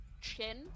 chin